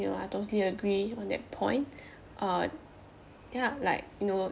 I totally agree on that point uh ya like you know